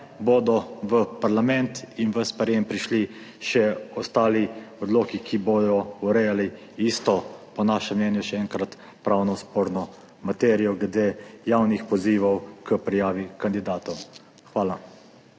bodo v parlament in v sprejetje prišli še ostali odloki, ki bodo urejali isto, po našem mnenju še enkrat, pravno sporno materijo glede javnih pozivov k prijavi kandidatov. Hvala.